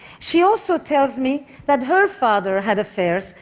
she also tells me that her father had affairs,